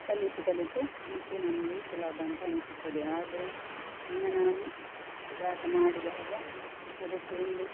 ಕಲಿತು ಕಲಿತು ಮತ್ತು ನನಗೆ ಸುಲಭ ಅಂತ ಅನಿಸುತ್ತದೆ ಆದರೂ ಒಮ್ಮೆ ನಾನು ಪದಾರ್ಥ ಮಾಡಿದಾಗ ಅದಕ್ಕೆ ಒಂದು